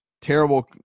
terrible